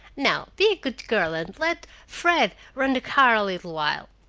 now be a good girl and let fred run the car a little while.